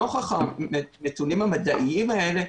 נוכח הנתונים המדעיים האלה,